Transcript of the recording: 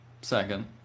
Second